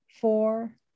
four